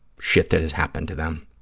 shit that has happened to them.